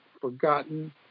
forgotten